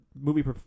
Movie